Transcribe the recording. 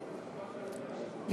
כנסת נכבדה,